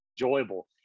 enjoyable